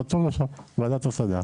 רשום לו שם ועדת השגה,